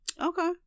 Okay